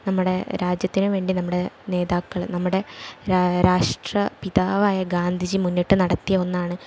നമ്മുടെ രാജ്യത്തിന് വേണ്ടി നമ്മുടെ നേതാക്കൾ നമ്മുടെ രാഷ്ട്രപിതാവായ ഗാന്ധിജി മുന്നിട്ട് നടത്തിയ ഒന്നാണ്